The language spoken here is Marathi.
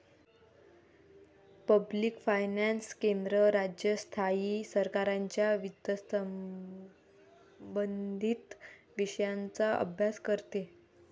पब्लिक फायनान्स केंद्र, राज्य, स्थायी सरकारांच्या वित्तसंबंधित विषयांचा अभ्यास करते